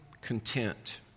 content